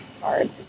Hard